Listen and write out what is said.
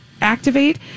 activate